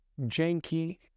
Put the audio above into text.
janky